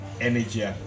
energy